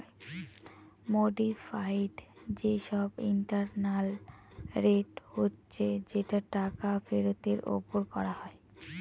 modified যে সব internal rate হচ্ছে যেটা টাকা ফেরতের ওপর করা হয়